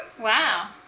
wow